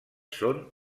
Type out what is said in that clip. són